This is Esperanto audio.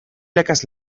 lekas